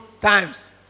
times